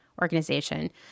organization